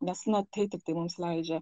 nes na tai tiktai mums leidžia